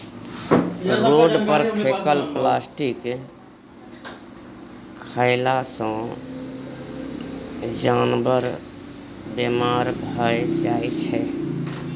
road पर फेकल plastic खएला सँ जानबर बेमार भए जाइ छै